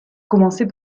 commencer